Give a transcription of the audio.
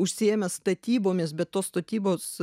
užsiėmę statybomis bet tos statybos